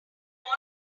will